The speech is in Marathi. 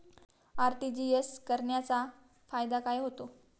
आर.टी.जी.एस करण्याचा फायदा काय होतो?